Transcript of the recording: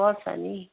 पर्छ नि